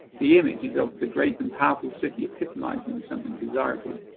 the image is of the great and powerful city epitomizing something desirable.